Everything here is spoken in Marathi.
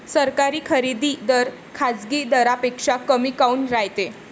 सरकारी खरेदी दर खाजगी दरापेक्षा कमी काऊन रायते?